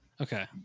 Okay